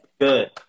good